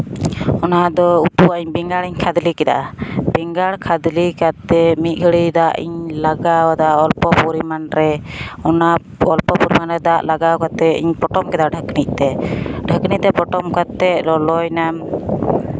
ᱚᱱᱟ ᱫᱚ ᱩᱛᱩᱣᱟᱜ ᱵᱮᱸᱜᱟᱲ ᱤᱧ ᱠᱷᱟᱫᱽᱞᱮ ᱠᱮᱫᱟ ᱵᱮᱸᱜᱟᱲ ᱠᱷᱟᱫᱽᱞᱮ ᱠᱟᱛᱮᱫ ᱢᱤᱫ ᱜᱷᱟᱹᱲᱤᱡ ᱫᱟᱜ ᱤᱧ ᱞᱟᱜᱟᱣ ᱟᱫᱟ ᱚᱞᱯᱚ ᱯᱚᱨᱤᱢᱟᱱ ᱨᱮ ᱚᱱᱟ ᱚᱞᱯᱚ ᱯᱚᱨᱤᱢᱟᱱᱮ ᱫᱟᱜ ᱞᱟᱜᱟᱣ ᱠᱟᱛᱮᱫ ᱤᱧ ᱯᱚᱴᱚᱢ ᱠᱮᱫᱟ ᱰᱷᱟᱠᱱᱤᱡ ᱛᱮ ᱰᱷᱟᱹᱠᱱᱤᱡ ᱛᱮ ᱯᱚᱴᱚᱢ ᱠᱟᱛᱮᱫ ᱞᱚᱞᱚᱭᱮᱱᱟ